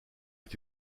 est